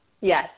Yes